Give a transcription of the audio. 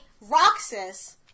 Roxas